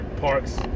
parks